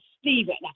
Stephen